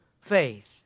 faith